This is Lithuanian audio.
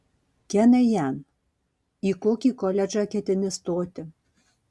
kenai jan į kokį koledžą ketini stoti